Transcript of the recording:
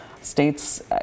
states